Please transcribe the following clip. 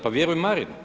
Pa vjerujem Marinu.